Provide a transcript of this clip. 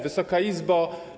Wysoka Izbo!